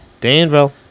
danville